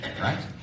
Right